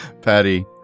Patty